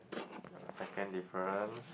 second difference